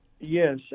Yes